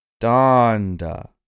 Donda